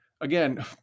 again